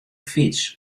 fyts